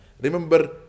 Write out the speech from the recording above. remember